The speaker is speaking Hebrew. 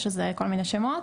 שזה כל מיני שמות,